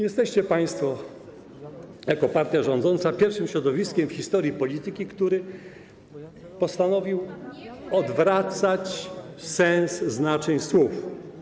Jesteście państwo jako partia rządząca pierwszym środowiskiem w historii polityki, które postanowiło odwracać sens, znaczenie słów.